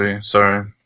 Sorry